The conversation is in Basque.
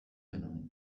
genuen